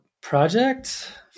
project